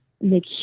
make